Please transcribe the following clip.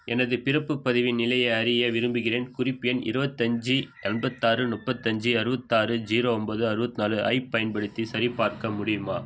எனது பிறப்புப் பதிவின் நிலையை அறிய விரும்புகிறேன் குறிப்பு எண் இருபத்தஞ்சி எண்பத்தாறு முப்பத்தஞ்சு அறுபத்தாறு ஜீரோ ஒம்பது அறுபத்னாலு ஐப் பயன்படுத்தி சரிபார்க்க முடியுமா